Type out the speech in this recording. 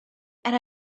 and